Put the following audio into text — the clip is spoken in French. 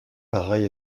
pareil